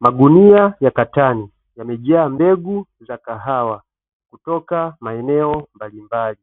Magunia ya katani yamejaa mbegu za kahawa kutoka maeneo mbalimbali,